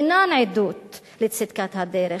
אינן עדות לצדקת הדרך.